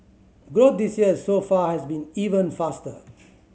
growth this year so far has been even faster